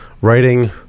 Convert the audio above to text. writing